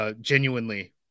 genuinely